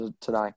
today